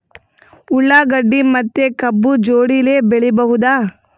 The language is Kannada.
ಉಳ್ಳಾಗಡ್ಡಿ ಮತ್ತೆ ಕಬ್ಬು ಜೋಡಿಲೆ ಬೆಳಿ ಬಹುದಾ?